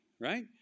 Right